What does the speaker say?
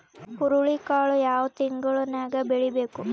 ಹುರುಳಿಕಾಳು ಯಾವ ತಿಂಗಳು ನ್ಯಾಗ್ ಬೆಳಿಬೇಕು?